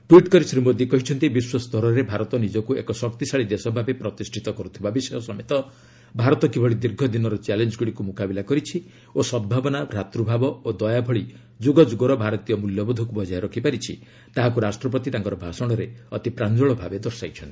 tweet କରି ଶ୍ରୀ ମୋଦୀ କହିଛନ୍ତି ବିଶ୍ୱସରରେ ଭାରତ ନିଜକୁ ଏକ ଶକ୍ତିଶାଳୀ ଦେଶ ଭାବେ ପ୍ରତିଷ୍ଠିତ କରୁଥିବା ବିଷୟ ସମେତ ଭାରତ କିଭଳି ଦୀର୍ଘ ଦିନର ଚ୍ୟାଲେଞ୍ଜଗୁଡ଼ିକୁ ମୁକାବିଲା କରିଛି ଓ ସଦଭାବନା ଭାତୃଭାବ ଏବଂ ଦୟା ଭଳି ଯୁଗଯୁଗର ଭାରତୀୟ ମୂଲ୍ୟବୋଧକୁ ବଜାୟ ରଖିଛି ତାହାକୁ ରାଷ୍ଟ୍ରପତି ତାଙ୍କର ଭାଷଣରେ ଅତି ପ୍ରାଞ୍ଜଳ ଭାବେ ଦର୍ଶାଇଛନ୍ତି